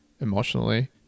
emotionally